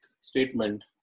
statement